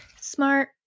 Smart